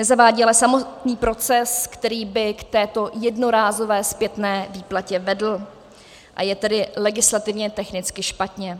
Nezavádí ale samotný proces, který by k této jednorázové zpětné výplatě vedl, a je tedy legislativně technicky špatně.